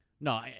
No